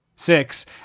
six